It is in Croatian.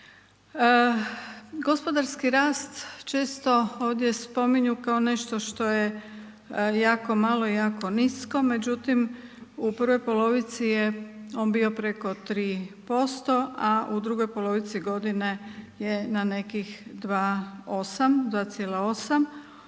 Gospodarski rast često ovdje spominju kao nešto što je jako malo i jako nisko međutim u prvoj polovici je on bio preko 3% a u drugoj polovici godine je na nekih 2,8